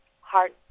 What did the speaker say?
heart